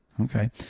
Okay